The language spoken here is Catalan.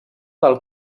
del